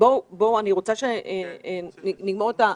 אני רוצה שנגמור את הסוגיה הזאת.